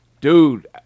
Dude